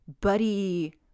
buddy